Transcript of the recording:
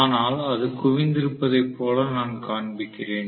ஆனால் அது குவிந்திருப்பதைப் போல நான் காண்பிக்கிறேன்